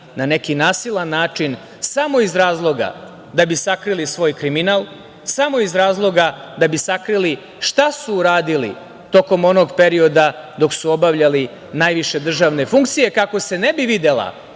na neki nasilan način samo iz razloga da bi sakrili svoj kriminal, samo iz razloga da bi sakrili šta su uradili tokom onog perioda dok su obavljali najviše državne funkcije, kako se ne bi videla